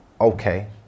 okay